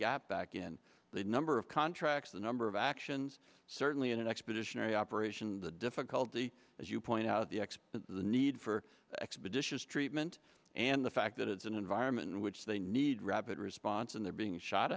gap back in the number of contracts the number of actions certainly in an expeditionary operation the difficulty as you point out the x the need for expeditious treatment and the fact that it's an environment in which they need rapid response and they're being shot